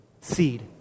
seed